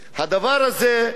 גברתי היושבת-ראש,